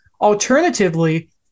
Alternatively